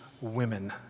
women